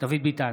דוד ביטן,